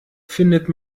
findet